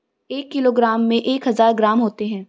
एक किलोग्राम में एक हज़ार ग्राम होते हैं